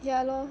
ya lor